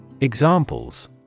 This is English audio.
Examples